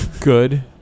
Good